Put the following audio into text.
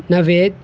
نوید